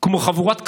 כמו חבורת כבשים,